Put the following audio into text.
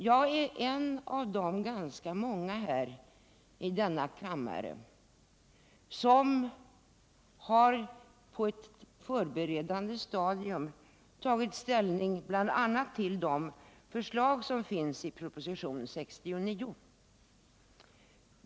Jag är en av de ganska många här i denna kammare som på ett förberedande stadium tagit ställning bl.a. till de förslag som finns i propositionen 69.